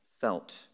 felt